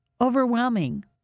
overwhelming